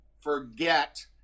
forget